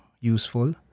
useful